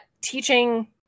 teaching